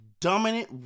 dominant